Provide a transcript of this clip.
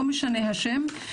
לא משנה השם.